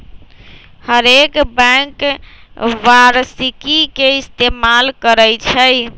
हरेक बैंक वारषिकी के इस्तेमाल करई छई